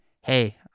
hey